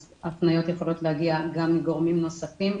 אז הפניות יכולות להגיע גם מגורמים נוספים,